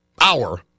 hour